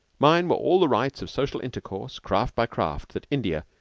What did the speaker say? mine were all the rights of social intercourse, craft by craft, that india,